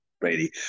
Brady